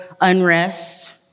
unrest